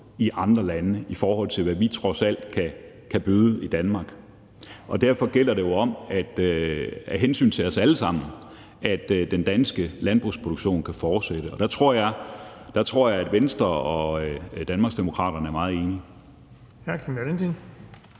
i andre lande, i forhold til hvad vi trods alt kan tilbyde i Danmark. Derfor gælder det jo om af hensyn til os alle sammen, at den danske landbrugsproduktion kan fortsætte. Der tror jeg, at Venstre og Danmarksdemokraterne er meget enige.